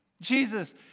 Jesus